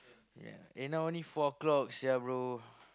yeah eh now only four o-clock sia bro